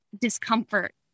discomfort